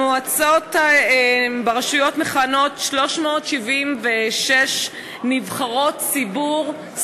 ברשויות מכהנות 376 נבחרות ציבור,